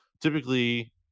typically